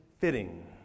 fitting